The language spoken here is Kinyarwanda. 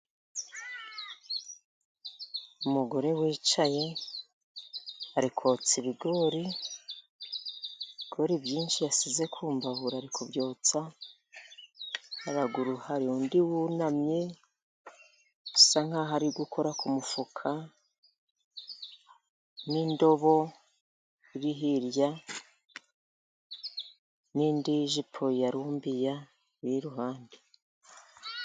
Umugore wicaye ari kotsa ibigori. Ibigori byinshi yasize kumbabura ari kubyotsa, haraguru hari undi wunamye asa nk'aho ari gukora ku mufuka, n'indobo iri hirya n'indi jipo ya rumbiya iri iruhande.